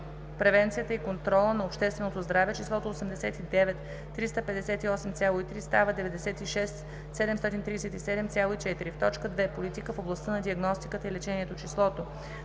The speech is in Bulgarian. превенцията и контрола на общественото здраве – числото „89 358,3“ става „96 737,4“; - в т. 2. Политика в областта на диагностиката и лечението – числото